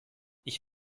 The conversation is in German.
ich